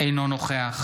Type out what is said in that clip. אינו נוכח